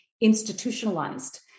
institutionalized